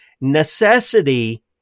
Necessity